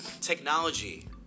technology